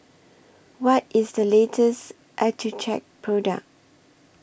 What IS The latest Accucheck Product